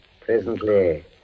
Presently